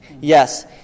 Yes